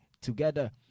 together